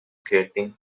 creating